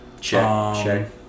Check